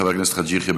חבר הכנסת חאג' יחיא,